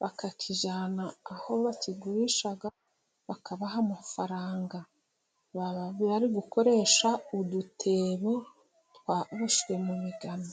bakakijyana aho bakigurisha bakabaha amafaranga. Baba bari gukoresha udutebo twaboshywe mu migano.